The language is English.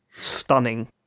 stunning